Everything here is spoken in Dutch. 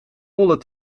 wollen